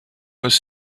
was